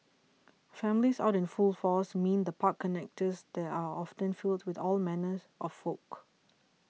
families out in full force mean the park connectors there are often filled with all manners of folk